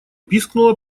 пискнула